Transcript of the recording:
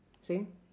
same